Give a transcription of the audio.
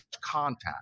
contact